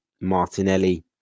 Martinelli